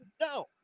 No